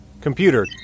Computer